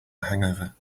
hangover